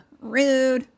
Rude